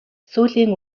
сүүлийн